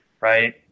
right